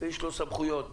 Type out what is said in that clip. ויש לו סמכויות ביד.